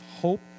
hope